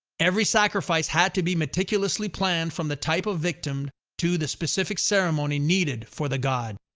every sacrifice had to be meticulously planned from the type of victim to the specific ceremony needed for the god.